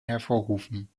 hervorrufen